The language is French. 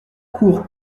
cours